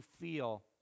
feel